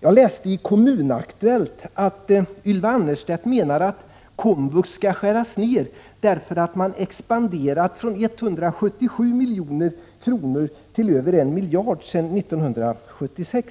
Jag läste i Kommun Aktuellt att Ylva Annerstedt menar att kostnaden för komvux skall skäras ned därför att den stigit från 177 milj.kr. till över 1 miljard sedan 1976.